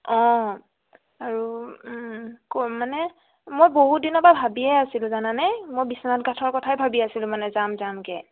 অঁ আৰু মানে মই বহুত দিনৰ পৰা ভাবিয়ে আছিলোঁ জানানে মই বিশ্বনাথ ঘাটৰ কথাই ভাবি আছিলোঁ মানে যাম যামকৈ